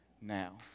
now